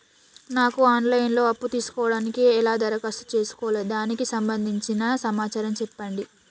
నాకు online లో అప్పు తీసుకోవడానికి ఎలా దరఖాస్తు చేసుకోవాలి దానికి సంబంధించిన సమాచారం చెప్పండి?